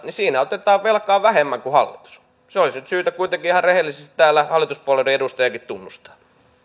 niin siinä otetaan velkaa vähemmän kuin hallitus ottaa se olisi syytä nyt kuitenkin ihan rehellisesti täällä hallituspuolueiden edustajienkin tunnustaa arvoisa